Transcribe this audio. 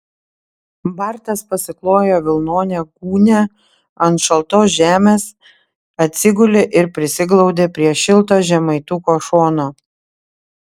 bartas pasiklojo vilnonę gūnią ant šaltos žemės atsigulė ir prisiglaudė prie šilto žemaituko šono